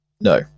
No